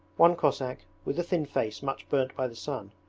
one cossack, with a thin face much burnt by the sun,